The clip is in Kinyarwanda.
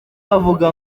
bavuga